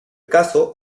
caso